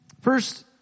First